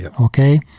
okay